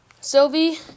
sylvie